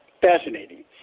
fascinating